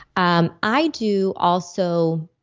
um i do also,